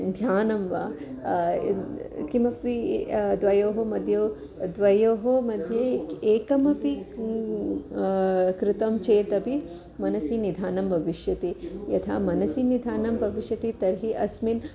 ध्यानं वा किमपि द्वयोः मद्यो द्वयोः मध्ये एकमपि कृतं चेतपि मनसि निधानं भविष्यति यथा मनसि निधानं भविष्यति तर्हि अस्मिन्